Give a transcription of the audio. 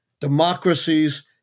Democracies